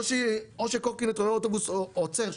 או שקורקינט רואה אוטובוס עוצר,